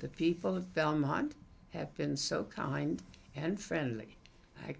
the people of belmont have been so kind and friendly i